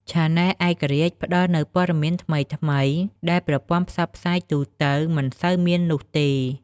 ឆានែលឯករាជ្យផ្តល់នូវព័ត៌មានថ្មីៗ ដែលប្រព័ន្ធផ្សព្វផ្សាយទូទៅមិនសូវមាននោះទេ។